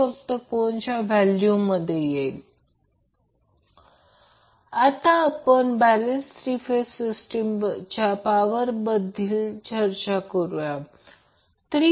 प्रत्येक फेजमधील इन्स्टंटेनियस पॉवरप्रमाणे हे काळानुसार बदलत नाही